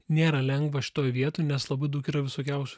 nėra lengva šitoj vietoj nes labai daug yra visokiausių